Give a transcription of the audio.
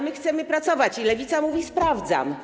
My chcemy pracować i Lewica mówi: sprawdzam.